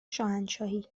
شاهنشاهی